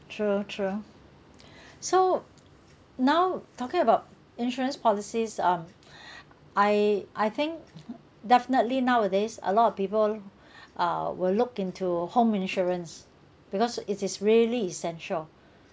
true true so now talking about insurance policies um I I think definitely nowadays a lot of people uh will look into home insurance because it is really essential